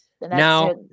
Now